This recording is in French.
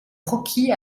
croquis